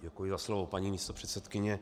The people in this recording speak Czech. Děkuji za slovo, paní místopředsedkyně.